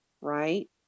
right